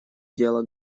дело